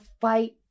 fight